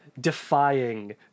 defying